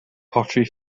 pottery